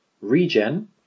regen